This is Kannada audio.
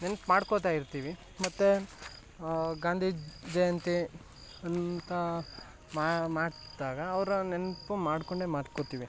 ನೆನ್ಪು ಮಾಡ್ಕೊಳ್ತಾಯಿರ್ತೀವಿ ಮತ್ತೆ ಗಾಂಧಿ ಜಯಂತಿ ಅಂತ ಮಾಡ್ದಾಗ ಅವರ ನೆನಪು ಮಾಡಿಕೊಂಡೆ ಮಾಡ್ಕೊಳ್ತೀವಿ